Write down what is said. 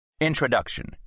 Introduction